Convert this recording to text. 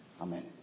Amen